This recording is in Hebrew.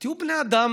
תהיו בני אדם,